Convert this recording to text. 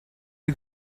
you